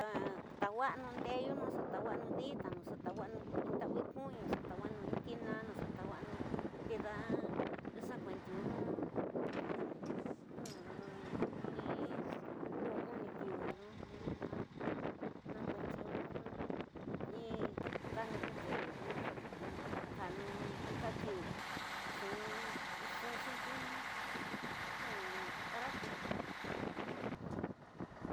Xa tawa'anu ndeyu xa tawaxanu di ñanu, xa tawa'anu kunu, xa tawaxanu in ñinana xetawua'unu ndida xa kweiñunu os una kiwininu nxu xentiunu kaniñi kixii, ñanu inka kiwi, nxu xentiunu aparato ñu.